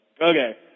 Okay